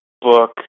Book